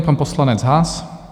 Pan poslanec Haas.